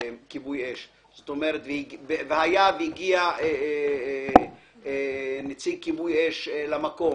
כיבוי אש אם הגיע נציג כיבוי אש למקום,